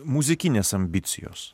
muzikinės ambicijos